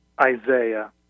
Isaiah